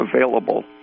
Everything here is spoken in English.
available